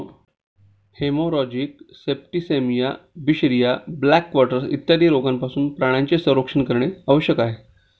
haemorrhagic septicaemia, बिशरिया, black quarters इत्यादी रोगांपासून प्राण्यांचे संरक्षण करणे आवश्यक आहे